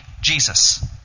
Jesus